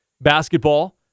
basketball